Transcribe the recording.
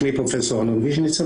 שמי פרופ' ארנון ויז'ניצר,